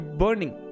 burning